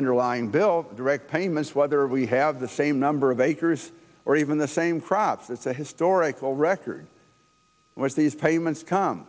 underlying bill direct payments whether we have the same number of acres or even the same crops that's a historical record which these payments come